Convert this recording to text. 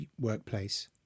workplace